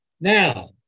Now